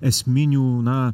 esminių na